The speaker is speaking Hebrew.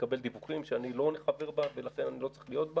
לקבל דיווחים אני לא חבר בה ולכן אני לא צריך להיות בה